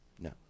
No